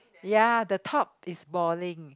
ya the top is balding